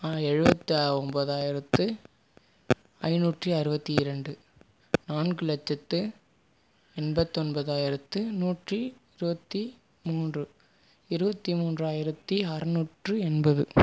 எழுபத்தி ஒன்பதாயிரத்து ஐநூற்றி அறுபத்தி இரண்டு நான்கு லட்சத்து எண்பத்தொன்பதாயிரத்து நூற்றி இருபத்தி மூன்று இருபத்தி மூன்றாயிரத்தி அறநூற்று எண்பது